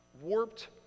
warped